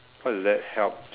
how does that helps